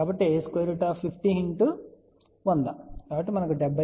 కాబట్టి 50 100 మనకు 70